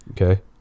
Okay